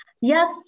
Yes